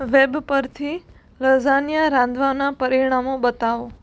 web પરથી lasagna રાંધવાનાં પરિણામો બતાવો